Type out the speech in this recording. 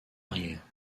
arrière